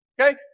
Okay